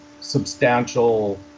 substantial